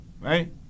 right